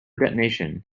detonation